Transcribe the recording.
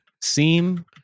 seem